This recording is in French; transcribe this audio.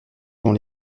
dont